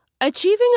Achieving